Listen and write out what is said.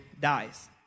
dies